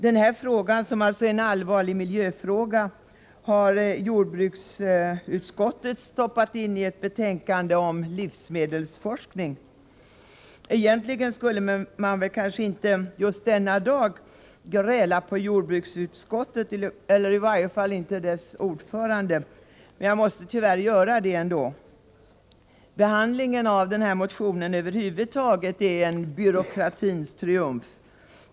Denna fråga, som alltså är en allvarlig miljöfråga, har jordbruksutskottet stoppat in i ett betänkande om livsmedelsforskning. Egentligen skulle man väl inte just denna dag gräla på jordbruksutskottet eller i varje fall inte på dess ordförande, men jag måste tyvärr göra det. Behandlingen av denna motion över huvud taget är en byråkratins triumf.